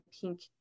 pink